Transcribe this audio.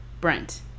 Brent